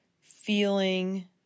feeling